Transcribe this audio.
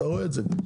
אתה רואה את זה.